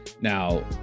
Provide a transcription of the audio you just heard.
Now